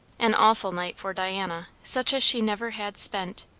an awful night for diana, such as she never had spent,